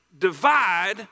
divide